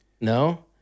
no